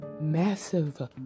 massive